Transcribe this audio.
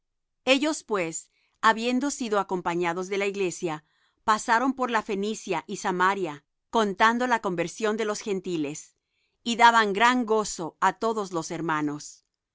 ellos pues habiendo sido acompañados de la iglesia pasaron por la fenicia y samaria contando la conversión de los gentiles y daban gran gozo á todos los hermanos